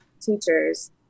teachers